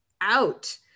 out